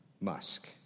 Musk